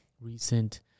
recent